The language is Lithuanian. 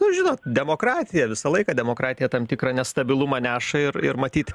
nu žinot demokratija visą laiką demokratija tam tikrą nestabilumą neša ir ir matyt